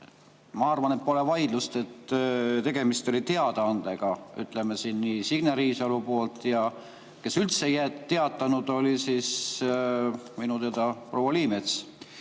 Ma arvan, et pole vaidlust, et tegemist oli teadaandega, ütleme, Signe Riisalo poolt, ja kes üldse ei teatanud, oli minu teada proua Liimets.